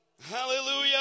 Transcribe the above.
Hallelujah